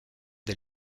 des